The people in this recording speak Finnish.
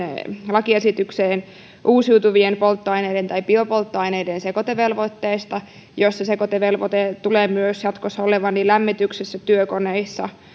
lakiesitykseen uusiutuvien polttoaineiden tai biopolttoaineiden sekoitevelvoitteesta jossa sekoitevelvoite tulee myös jatkossa olemaan lämmityksessä työkoneissa